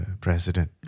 president